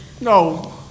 No